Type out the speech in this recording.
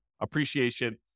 appreciation